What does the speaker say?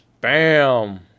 Bam